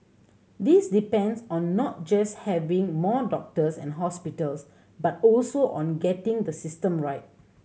this depends on not just having more doctors and hospitals but also on getting the system right